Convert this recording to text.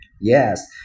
Yes